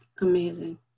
amazing